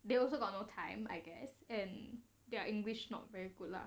they also got no time I guess and their english not very good lah